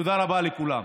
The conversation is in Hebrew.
תודה רבה לכולם.